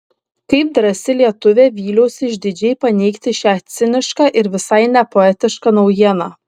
kaip drąsi lietuvė vyliausi išdidžiai paneigti šią cinišką ir visai nepoetišką naujieną